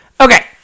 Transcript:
okay